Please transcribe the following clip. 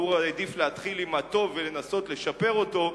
והוא העדיף להתחיל עם הטוב ולנסות לשפר אותו.